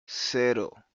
cero